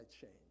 change